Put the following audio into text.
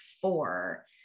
four